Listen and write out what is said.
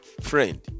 Friend